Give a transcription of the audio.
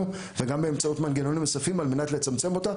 וגם באמצעות מנגנונים נוספים על מנת לצמצם אותה.